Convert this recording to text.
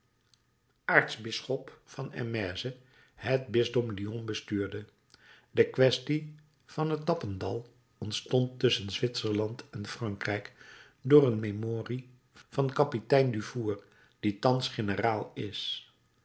aartsbisschop van amasie het bisdom lyon bestuurde de kwestie van het dappendal ontstond tusschen zwitserland en frankrijk door een memorie van kapitein dufour die thans generaal is